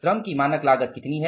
श्रम की मानक लागत कितनी है